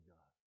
God